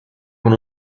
con